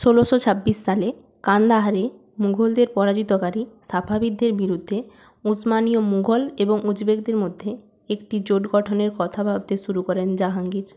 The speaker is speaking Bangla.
ষোলোশো ছাব্বিশ সালে কান্দাহারে মুঘলদের পরাজিতকারী সাফাভিদদের বিরুদ্ধে উসমানীয় মুঘল এবং উজবেকদের মধ্যে একটি জোট গঠনের কথা ভাবতে শুরু করেন জাহাঙ্গীর